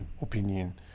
opinion